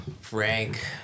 Frank